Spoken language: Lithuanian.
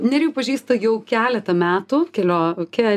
nerijų pažįstu jau keletą metų kelio kelia